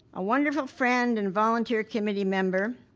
a wonderful friend and volunteer committee member,